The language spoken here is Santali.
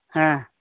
ᱦᱮᱸ